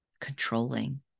controlling